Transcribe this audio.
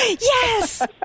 yes